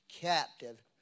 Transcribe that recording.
captive